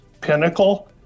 pinnacle